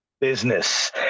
business